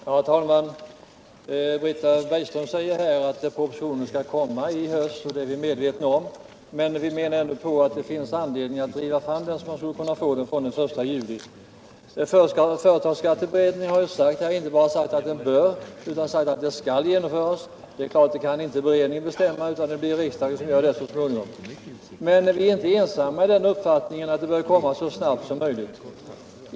Herr talman! Britta Bergström säger att propositionen skall komma i höst. Det är vi medvetna om. Men vi anser ändå att det finns anledning att driva på den, så att man kan få en ändring från den 1 juli i år. Företagsskatteberedningen har sagt att reformen skall genomföras. Det är emellertid klart att det inte är beredningen som kan bestämma detta utan riksdagen. Vi är inte ensamma om den uppfattningen att reformen bör genomföras så snart som möjligt.